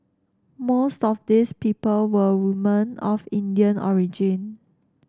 most of these people were woman of Indian origin